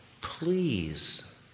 please